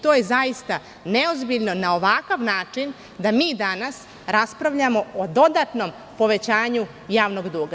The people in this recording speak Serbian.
To je zaista neozbiljno za ovakav način da mi danas raspravljamo o dodatnom povećanju javnog duga.